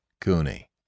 Cooney